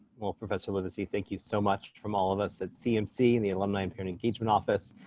well, professor livesay, thank you so much from all of us at cmc in the alumni and parent engagement office.